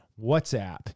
WhatsApp